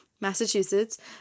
Massachusetts